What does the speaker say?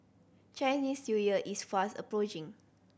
Chinese New Year is fast approaching